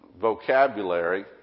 vocabulary